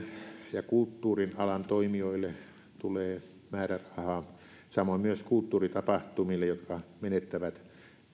ja kulttuurin alan toimijoille tulee määräraha samoin myös kulttuuritapahtumille jotka menettävät